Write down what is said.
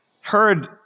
heard